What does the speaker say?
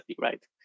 right